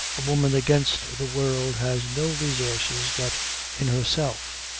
a woman against the world has no resources but in herself.